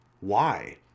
Why